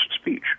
speech